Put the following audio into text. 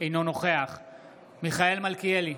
אינו נוכח מיכאל מלכיאלי,